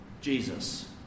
Jesus